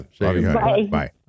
Bye